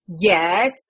Yes